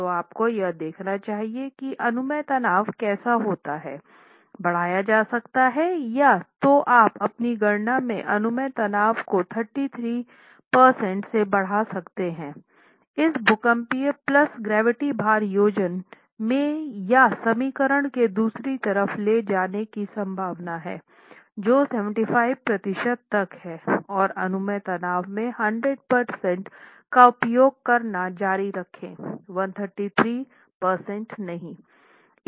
तो आपको यह देखना चाहिए कि अनुमेय तनाव कैसे होता हैबढ़ाया जा सकता है या तो आप अपनी गणना में अनुमेय तनाव को 33 प्रतिशत से बढ़ा सकते हैं इस भूकंप प्लस ग्रैविटी भार संयोजन में या समीकरण के दूसरी तरफ ले जाने की संभावना है जो 75 प्रतिशत तक हैं और अनुमेय तनाव के 100 प्रतिशत का उपयोग करना जारी रखें 133 प्रतिशत नहीं